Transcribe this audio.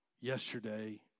yesterday